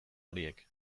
horiek